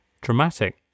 dramatic